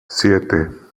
siete